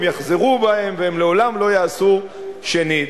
הן יחזרו בהן והן לעולם לא יעשו שנית.